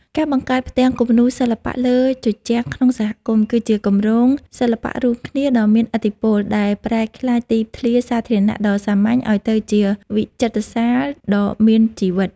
ការបង្កើតផ្ទាំងគំនូរសិល្បៈលើជញ្ជាំងក្នុងសហគមន៍ គឺជាគម្រោងសិល្បៈរួមគ្នាដ៏មានឥទ្ធិពល ដែលប្រែក្លាយទីធ្លាសាធារណៈដ៏សាមញ្ញឱ្យទៅជាវិចិត្រសាលដ៏មានជីវិត។